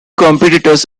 competitors